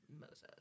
Moses